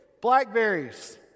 blackberries